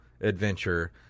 adventure